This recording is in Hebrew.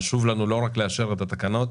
חשוב לנו לא רק לאשר את התקנות,